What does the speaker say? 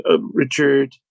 Richard